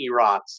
EROTs